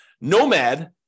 nomad